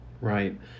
Right